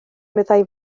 meddai